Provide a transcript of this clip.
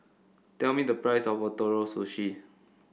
tell me the price of Ootoro Sushi